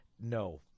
no